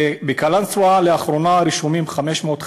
בקלנסואה, לאחרונה, רשומים 550